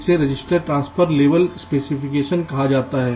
इसे register transfer level specification कहा जाता है